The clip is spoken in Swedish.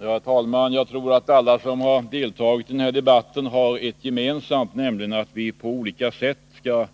Herr talman! Jag är övertygad om att alla som har deltagit i debatten har ett gemensamt, nämligen en önskan att vi på olika sätt skall